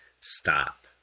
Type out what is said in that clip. stop